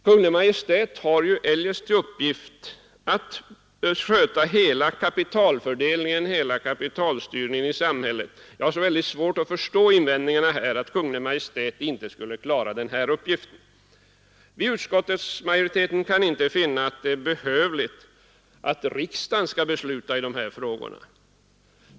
Kungl. Maj:t har ju eljest till uppgift — Allmänna pensionsatt sköta hela kapitalfördelningen, hela kapitalstyrningen i samhället. Jag fondens förvaltning, har så väldigt svårt att förstå invändningen att Kungl. Maj:t inte då skulle Mm.m. klara den här uppgiften. Vi i utskottsmajoriteten kan inte finna att det är behövligt att riksdagen skall besluta i de här frågorna.